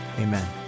amen